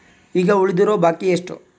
ಈಗ ಉಳಿದಿರೋ ಬಾಕಿ ಎಷ್ಟು?